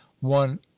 one